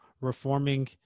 reforming